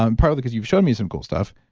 um partly because you've shown me some cool stuff.